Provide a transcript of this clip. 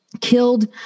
killed